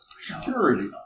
security